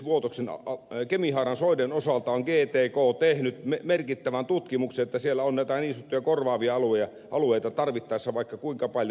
tässähän esimerkiksi kemihaaran soiden osalta on gtk tehnyt merkittävän tutkimuksen että siellä on näitä niin sanottuja korvaavia alueita tarvittaessa vaikka kuinka paljon